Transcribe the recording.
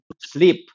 sleep